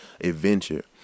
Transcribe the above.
adventure